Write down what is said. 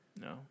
No